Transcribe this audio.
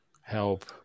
help